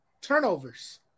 Turnovers